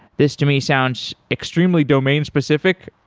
this to me sounds extremely domain specific.